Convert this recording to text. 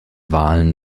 wahlen